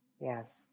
Yes